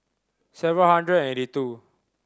seven hundred eighty two